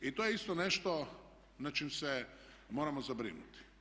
I to je isto nešto nad čim se moramo zabrinuti.